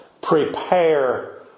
prepare